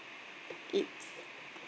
it's